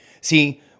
See